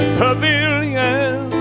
pavilion